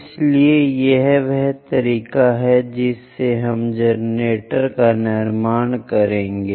इसलिए यह वह तरीका है जिससे हम जनरेटर का निर्माण करेंगे